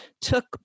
took